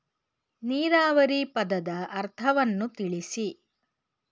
ನೀರಾವರಿ ಪದದ ಅರ್ಥವನ್ನು ತಿಳಿಸಿ?